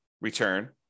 return